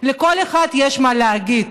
לכל אחד יש מה להגיד.